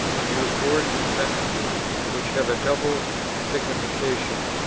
to use words and sentences which have a double signification,